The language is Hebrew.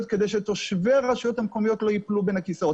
כדי שתושבי הרשויות המקומיות לא ייפלו בין הכיסאות.